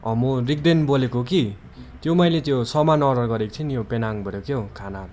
मो रिकदेन बोलेको कि त्यो मैले त्यो सामान अर्डर गरेको थिएँ नि पेनाङबाट क्याउ खानाहरू